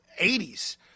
80s